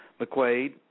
McQuaid